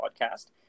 podcast